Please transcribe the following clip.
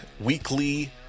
weekly